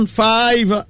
five